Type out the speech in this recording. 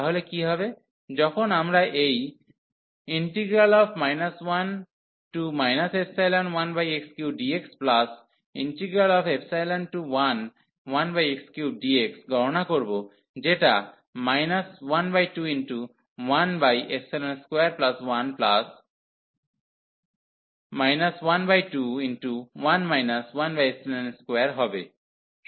তাহলে কী হবে যখন আমরা এই 1 ϵ1x3dx11x3dx গণনা করব যেটা 1212 1 121 12 হবে